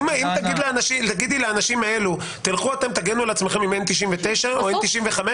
אם תגידי לאנשים האלה: תגנו על עצמכם עם N99 או N95,